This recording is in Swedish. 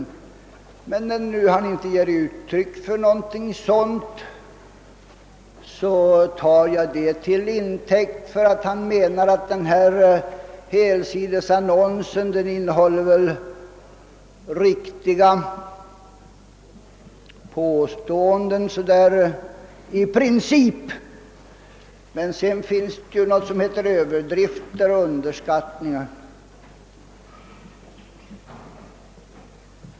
Då finansministern emellertid inte ger uttryck åt någon sådan oro uppfattar jag detta så att han menar att annonsen innehåller i princip riktiga påståenden. Sedan finns det ju något som heter överdrifter och underskattning.